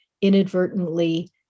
Inadvertently